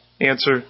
Answer